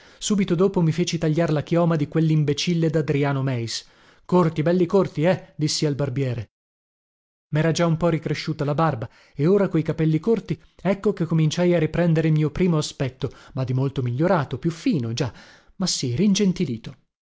subito dopo mi feci tagliar la chioma di quellimbecille dadriano meis corti belli corti eh dissi al barbiere mera già un po ricresciuta la barba e ora coi capelli corti ecco che cominciai a riprender il mio primo aspetto ma di molto migliorato più fino già ma sì ringentilito